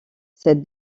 cette